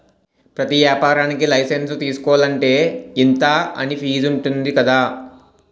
ప్రతి ఏపారానికీ లైసెన్సు తీసుకోలంటే, ఇంతా అని ఫీజుంటది కదా